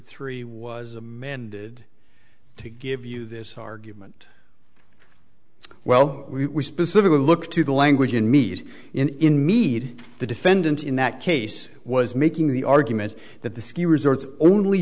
three was amended to give you this argument well we specifically look to the language in mead in mead the defendant in that case was making the argument that the ski resorts only